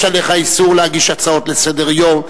יש עליך איסור להגיש הצעות לסדר-יום,